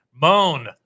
Moan